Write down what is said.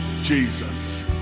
Jesus